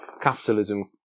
capitalism